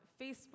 Facebook